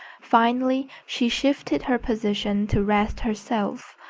finally she shifted her position to rest herself,